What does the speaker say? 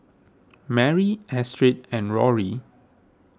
Marie Astrid and Rory